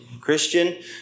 Christian